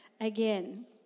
again